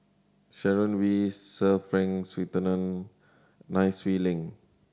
Sharon Wee Sir Frank Swettenham Nai Swee Leng